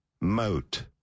Moat